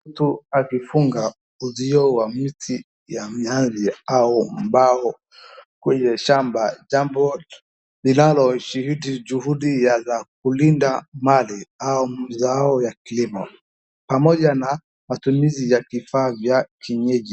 Mtu akifunga uzio ya mti ya mnazi au mbao kwenye shamba, jambo linaloshihidi juhudi ya kulinda mali au mzao ya kilimo pamoja na matumizi ya kifaa ya kienyeji,